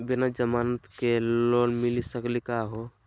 बिना जमानत के लोन मिली सकली का हो?